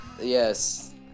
Yes